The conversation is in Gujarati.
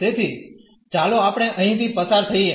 તેથી ચાલો આપણે અહીંથી પસાર થઈએ